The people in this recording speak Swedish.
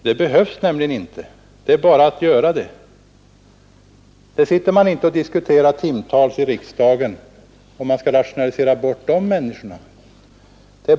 Det behövs alltså inte diskussioner timtals i riksdagen för att rationalisera bort dessa människor.